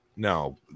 no